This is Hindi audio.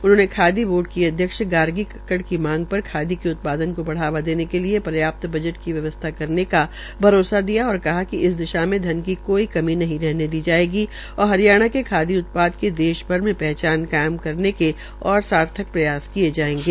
उन्होंने हरियाणा खादी बोर्ड की अध्यक्ष गार्गी कक्कड की मांग पर खादी के उत्पादन को बढावा देने के लिए पर्याप्त बजट की व्यवस्था करने भरोसा दिलाया और कहा कि इस दिशा में धन की कोई कमी नही रहने दी जाएगी और हरियाणा के खादी उत्पाद की देश भर में पहचान कायम करने के की और सार्थक प्रयास किए जाएगें